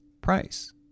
price